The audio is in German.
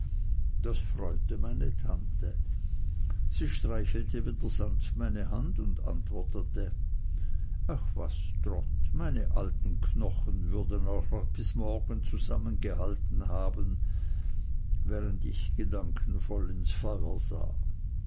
das freute meine tante sie streichelte wieder sanft meine hand und antwortete ach was trot meine alten knochen würden auch noch bis morgen zusammengehalten haben während ich gedankenvoll ins feuer sah